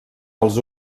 els